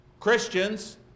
Christians